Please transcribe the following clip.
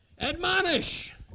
Admonish